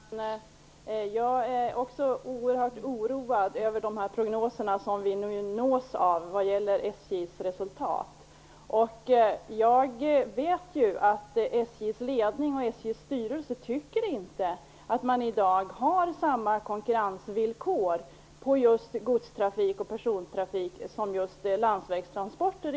Fru talman! Jag är också oerhört oroad över de prognoser för SJ:s resultat som vi nu nås av. Jag vet ju att SJ:s ledning och SJ:s styrelse inte tycker att man i dag har samma konkurrensvillkor när det gäller godstrafik och persontrafik som landsvägstransporter.